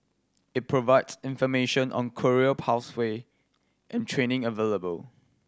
it provides information on career pathway and training available